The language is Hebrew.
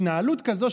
התנהלות כזו,